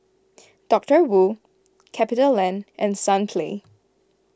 Doctor Wu CapitaLand and Sunplay